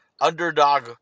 underdog